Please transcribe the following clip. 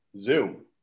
Zoom